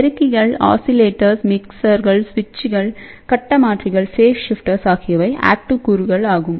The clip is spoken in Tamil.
பெருக்கிகள் ஆஸிலேட்டர்கள் மிக்சர்கள் சுவிட்சுகள் கட்ட மாற்றிகள் ஆகியவை ஆக்டிவ் கூறுகள் ஆகும்